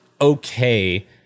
okay